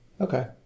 Okay